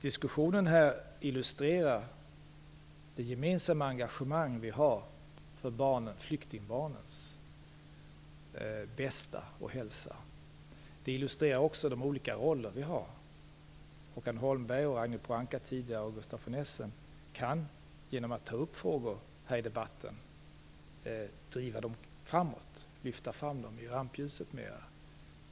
Diskussionen här illustrerar det gemensamma engagemang vi har för flyktingbarnens bästa och för deras hälsa. Den illustrerar också de olika roller som vi har. Håkan Holmberg och Ragnhild Pohanka och Gustaf von Essen kan genom att ta upp frågor här i debatten lyfta fram dem i rampljuset.